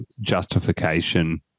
justification